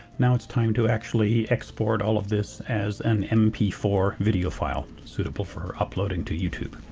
now it's time to actually export all of this as an m p four video file suitable for uploading to youtube.